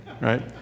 Right